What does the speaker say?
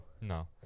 No